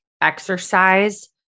exercise